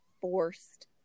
forced